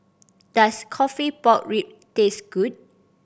does coffee pork rib taste good